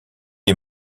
est